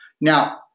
Now